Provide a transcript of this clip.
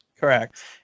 Correct